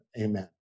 amen